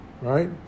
Right